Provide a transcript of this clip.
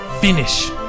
finish